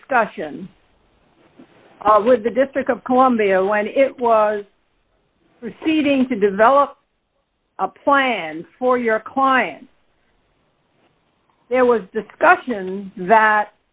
discussion with the difficult columbia when it was proceeding to develop a plan for your client there was discussion that